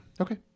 okay